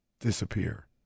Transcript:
disappear